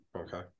Okay